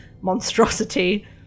monstrosity